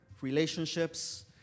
relationships